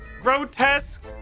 grotesque